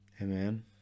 amen